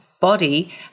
body